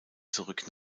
zurück